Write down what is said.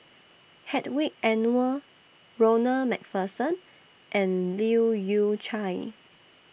Hedwig Anuar Ronald MacPherson and Leu Yew Chye